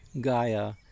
Gaia